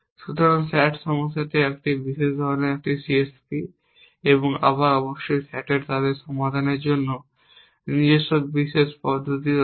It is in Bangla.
সুতরাং স্যাট সমস্যাটি একটি বিশেষ ধরণের একটি CSP এবং আবার অবশ্যই স্যাটের তাদের সমাধানের জন্য নিজস্ব বিশেষ পদ্ধতি রয়েছে